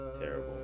Terrible